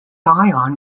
ion